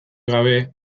gabe